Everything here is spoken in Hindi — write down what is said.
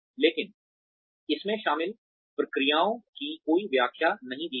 लेकिन इसमें शामिल प्रक्रियाओं की कोई व्याख्या नहीं दी गई